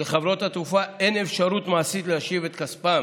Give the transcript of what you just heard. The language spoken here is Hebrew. שלחברות התעופה אין אפשרות מעשית להשיב את כספם